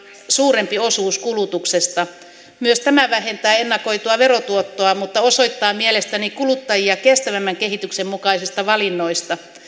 suurempi osuus kulutuksesta myös tämä vähentää ennakoitua verotuottoa mutta osoittaa mielestäni kuluttajien kestävämmän kehityksen mukaisia valintoja